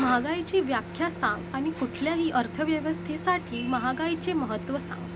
महागाईची व्याख्या सांग आणि कुठल्याही अर्थव्यवस्थेसाठी महागाईचे महत्त्व सांग